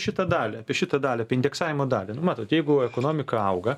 šitą dalį apie šitą dalį apie indeksavimo dalį nu matot jeigu ekonomika auga